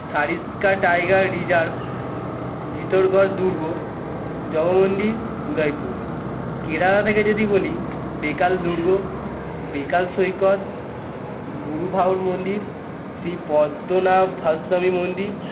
Sariska tiger reserve Chittorgarh দুর্গ জগমন্দির উদয়পুর কেরালা থেকে যদি বলি বেকাল দুর্গ বেকাল সৈকত গুরু ভাউড় মন্দির শ্রীপদ্মনাভাস্বামী মন্দির